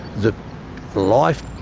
the life